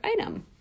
item